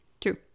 True